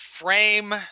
frame